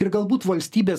ir galbūt valstybės